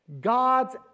God's